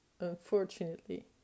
Unfortunately